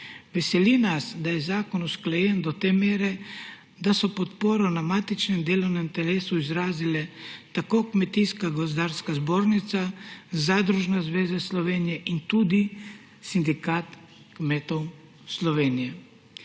Veseli nas, se je zakon usklajen do te mere, da so podporo na matičnem delovnem telesu izrazile tako Kmetijsko gozdarska zbornica, Zadružna zveza Slovenije kot tudi Sindikat kmetov Slovenije.